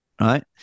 right